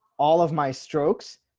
all of my strokes,